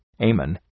Amen